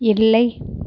இல்லை